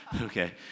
Okay